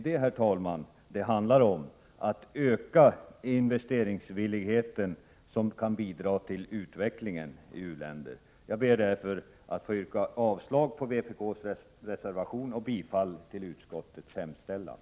Det handlar om att öka sådan investeringsvillighet som kan bidra till utvecklingen i u-länderna. Herr talman! Jag ber att få yrka avslag på vpk:s reservation och bifall till utskottets hemställan.